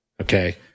okay